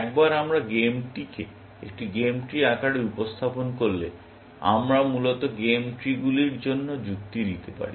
একবার আমরা গেমটিকে একটি গেম ট্রি আকারে উপস্থাপন করলে আমরা মূলত গেম ট্রিগুলির জন্য যুক্তি দিতে পারি